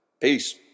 Peace